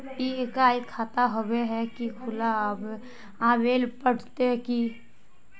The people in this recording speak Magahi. ई कोई खाता होबे है की खुला आबेल पड़ते की?